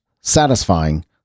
satisfying